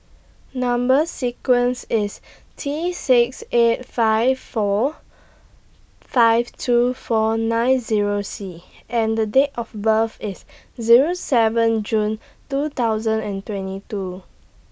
Number sequence IS T six eight five four five two four nine Zero C and Date of birth IS Zero seven June two thousand and twenty two